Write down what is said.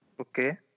Okay